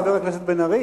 חבר הכנסת בן-ארי,